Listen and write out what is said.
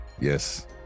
Yes